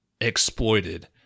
exploited